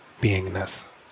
beingness